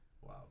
Wow